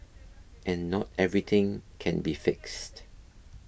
and not everything can be fixed